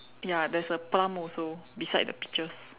ya there's a plum also beside the peaches